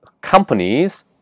companies